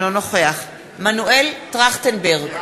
אינו נוכח מנואל טרכטנברג,